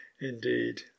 Indeed